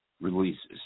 releases